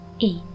eight